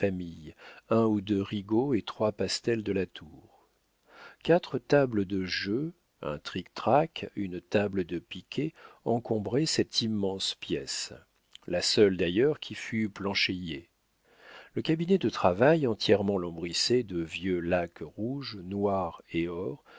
un ou deux rigaud et trois pastels de latour quatre tables de jeu un trictrac une table de piquet encombraient cette immense pièce la seule d'ailleurs qui fut planchéiée le cabinet de travail entièrement lambrissé de vieux laque rouge noir et or